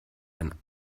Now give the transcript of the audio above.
ein